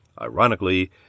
Ironically